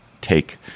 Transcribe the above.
take